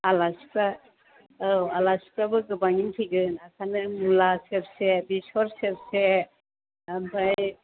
आलासिफोरा औ आलासिफ्राबो गोबाङैनो फैगोन ओंखायनो मुला सेरसे बेसर सेरसे ओमफ्राय